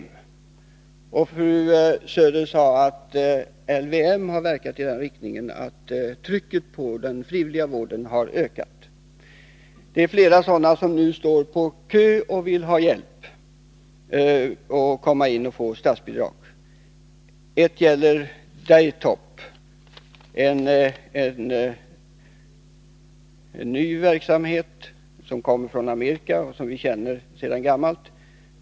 Fru Söder sade att 11 Riksdagens protokoll 1981/82:151-153 LVM har verkat i den riktningen att trycket på den frivilliga vården har ökat. Flera behandlingshem står nu i kö för att få hjälp genom statsbidrag. Ett av dem är Daytop, en ny verksamhet som kommer från Amerika, och som vi känner till sedan gammalt.